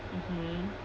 mmhmm